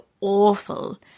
awful